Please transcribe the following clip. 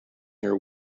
your